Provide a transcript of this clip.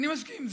אני מסכים,